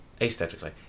aesthetically